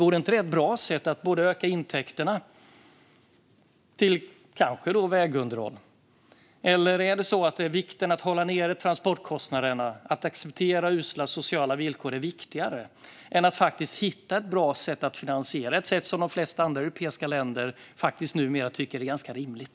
Vore inte det ett bra sätt att öka intäkterna, kanske till vägunderhåll? Eller accepterar man usla sociala villkor för att det är viktigare att hålla nere transportkostnaderna än att hitta ett bra sätt att finansiera - ett sätt som de flesta andra europeiska länder numera tycker är ganska rimligt?